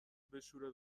بشوره